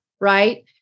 Right